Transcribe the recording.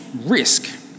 risk